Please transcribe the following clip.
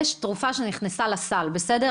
יש תרופה שנכנסה לסל, בסדר?